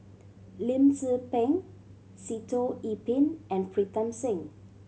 Lim Tze Peng Sitoh Yih Pin and Pritam Singh